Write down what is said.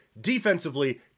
Defensively